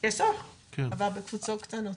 שיהיה בקבוצות קטנות.